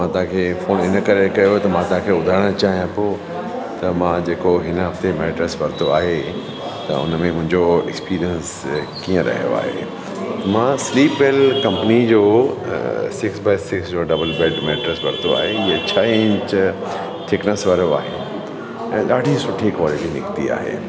मां तव्हां खे फ़ोन इन करे कयो त मां तव्हां खे ॿुधाइणु चाहियां पोइ त मां जेको हिन हफ़्ते मेट्रेस वरितो आहे त उन में मुंहिंजो एक्पीरियंस कीअं रहियो आहे मां स्लीप वेल कंपनी जो सिक्स बाय सिक्स जो डबल बेड मेट्रेस वरितो आहे इहो छह इंच थिक्नेस वारो आहे ऐं ॾाढी सुठी क्वालिटी निकिती आहे